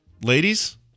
Ladies